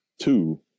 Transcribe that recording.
Two